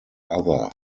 other